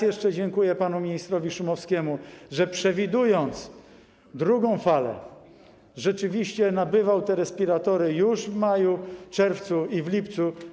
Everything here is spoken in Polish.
Jeszcze raz dziękuję panu ministrowi Szumowskiemu, że przewidując drugą falę, rzeczywiście nabywał te respiratory już w maju, czerwcu i lipcu.